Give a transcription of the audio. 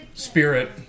spirit